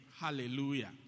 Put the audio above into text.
Hallelujah